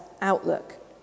outlook